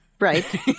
Right